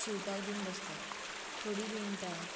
शिंवपाक बी बसतात थोडीं विणटात